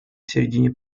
середине